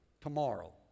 Tomorrow